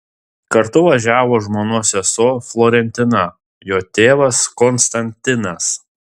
kartu važiavo žmonos sesuo florentina jo tėvas konstantinas